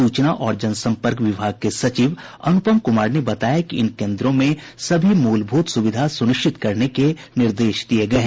सूचना और जनसंपर्क विभाग के सचिव अनुपम कुमार ने बताया कि इन केन्द्रों में सभी मुलभूत सुविधा सुनिश्चित करने के निर्देश दिये गये हैं